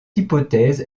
hypothèse